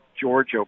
Georgia